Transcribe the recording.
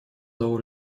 того